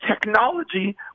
technology